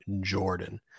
Jordan